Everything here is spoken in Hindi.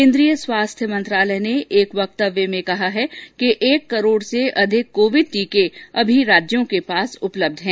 केन्द्रीय स्वास्थ्य मंत्रालय ने एक वक्तव्य में कहा कि एक करोड से अधिक कोविड टीके अब भी राज्यों के पास उपलब्ध हैं